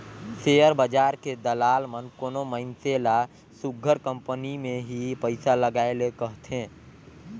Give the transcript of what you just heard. share बजार के दलाल मन कोनो मइनसे ल सुग्घर कंपनी में ही पइसा लगाए ले कहथें